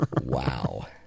Wow